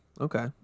Okay